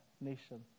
nation